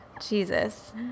Jesus